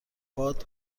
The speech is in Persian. باد